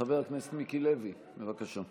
חבר הכנסת מיקי לוי, בבקשה.